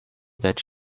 that